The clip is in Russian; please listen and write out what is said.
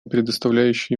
предоставляющие